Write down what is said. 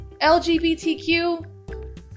LGBTQ